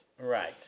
Right